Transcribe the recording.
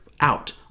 out